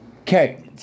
Okay